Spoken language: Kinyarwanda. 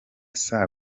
saa